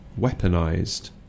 weaponised